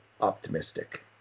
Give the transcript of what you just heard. optimistic